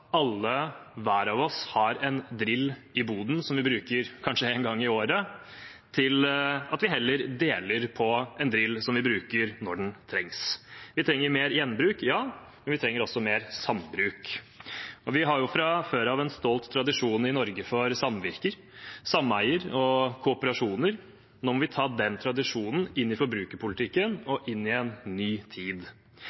alle – hver og en av oss – har en drill i boden som vi bruker kanskje én gang i året, til at vi heller deler på en drill som vi bruker når det trengs. Vi trenger mer gjenbruk, ja – men vi trenger også mer sambruk. Vi har fra før av en stolt tradisjon i Norge for samvirker, sameier og kooperasjoner. Nå må vi ta den tradisjonen inn i forbrukerpolitikken og